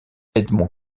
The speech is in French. edmond